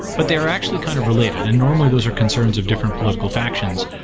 but they are actually kind of related, and normally those are concerns of different political factions,